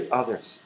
others